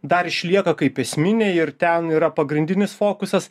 dar išlieka kaip esminiai ir ten yra pagrindinis fokusas